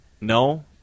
No